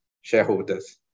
shareholders